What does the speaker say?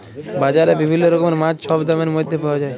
বাজারে বিভিল্ল্য রকমের মাছ ছব দামের ম্যধে পাউয়া যায়